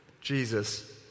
Jesus